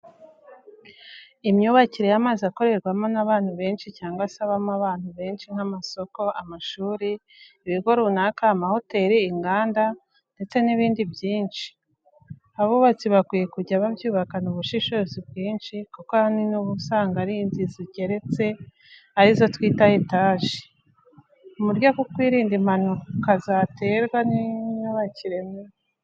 Imyubakire y'amazu akorerwamo n'abantu benshi cyangwa se abamo abantu benshi nk'amasoko, amashuri, ibigo runaka, amahoteri, inganda ndetse n'ibindi byinshi abubatsi bakwiye kujya babyubakana ubushishozi bwinshi kuko ahanini uba usanga ari inzu zigeretse arizo twita etaje. Mu buryo bwo kwirinda impanuka zaterwa n'imyubakire mibi.